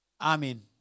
Amen